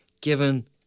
given